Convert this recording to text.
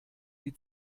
die